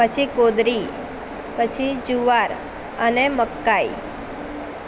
પછી કોદરી પછી જુવાર અને મકાઈ